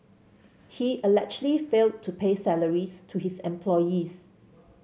he allegedly failed to pay salaries to his employees